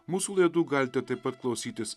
mūsų laidų galite taip pat klausytis